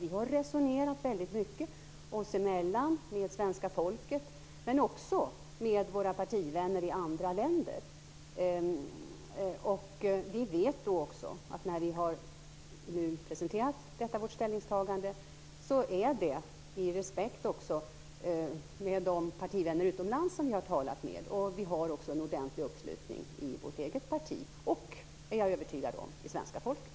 Vi har resonerat väldigt mycket oss emellan och med svenska folket, men också med våra partivänner i andra länder. När vi nu har presenterat detta vårt ställningstagande vet vi att det finns respekt för det bland de partivänner utomlands som vi har talat med. Det finns också en ordentlig uppslutning i vårt eget parti och, är jag övertygad om, hos svenska folket.